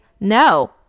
No